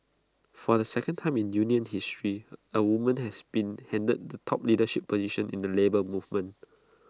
for the second time in union history A woman has been handed the top leadership position in the Labour Movement